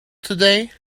today